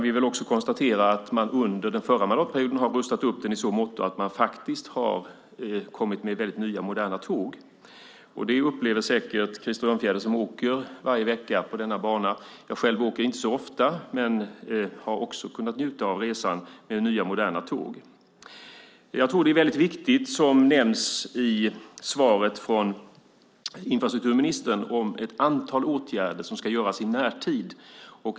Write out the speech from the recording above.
Vi kan konstatera att man under den förra mandatperioden har rustat upp den i så måtto att man har skaffat nya, moderna tåg. Det upplever säkert Krister Örnfjäder som åker varje vecka på denna bana. Jag själv åker inte så ofta, men jag har också kunnat njuta av resan med nya, moderna tåg. Jag tror att det är väldigt viktigt, som nämns i svaret från infrastrukturministern, med ett antal åtgärder som ska vidtas i närtid.